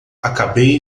acabei